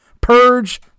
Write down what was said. purge